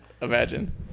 Imagine